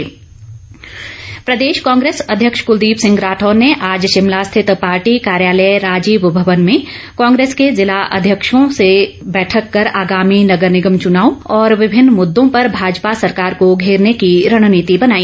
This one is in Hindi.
कुलदीप राठौर प्रदेश कांग्रेस अध्यक्ष कुलदीप सिंह राठौर ने आज शिमला स्थित पार्टी कार्यालय राजीव भवन में कांग्रेस के जिला अध्यक्षों के साथ एक बैठक कर आगामी नगर निगम चुनाव और विभिन्न मुद्दों पर भाजपा सरकार को घेरने की रणनीति बनाई